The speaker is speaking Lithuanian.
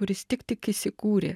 kuris tik tik įsikūrė